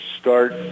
start